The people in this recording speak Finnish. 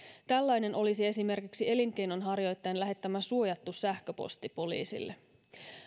tällainen olisi esimerkiksi elinkeinonharjoittajan lähettämä suojattu sähköposti poliisille